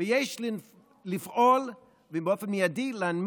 ויש לפעול, ובאופן מיידי להוריד